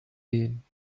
gehen